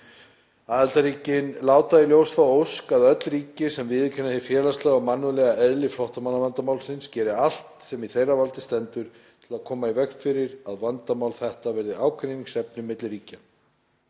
Aðildarríkin láta í ljós þá ósk að öll ríki, sem viðurkenna hið félagslega og mannúðlega eðli flóttamannavandamálsins, geri allt, sem í þeirra valdi stendur, til þess að koma í veg fyrir að vandamál þetta verði ágreiningsefni milli ríkja.